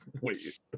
Wait